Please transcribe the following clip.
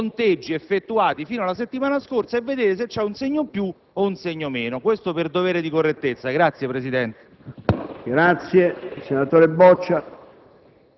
i conteggi effettuati fino alla settimana scorsa e a verificare se c'è un segno più o un segno meno. Questo per dovere di correttezza. *(Commenti